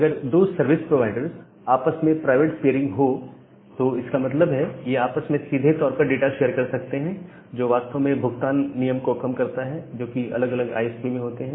अगर 2 service providers में आपस में प्राइवेट पियरिंग हो तो इसका मतलब है ये आपस में सीधे तौर पर डाटा शेयर कर सकते हैं जो वास्तव में भुगतान नियम को कम करता है जोकि अलग अलग आईएसपी में होते हैं